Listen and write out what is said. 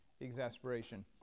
exasperation